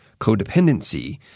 Codependency